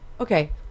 Okay